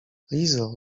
lizo